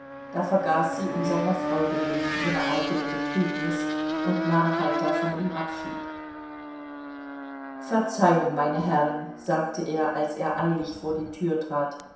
da vergaß sie um seiner freude willen ihre eigene betrübnis und nahm heiter von ihm abschied verzeihung meine herren sagte er als er eilig vor die tür trat